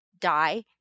die